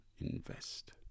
invest